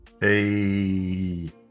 Hey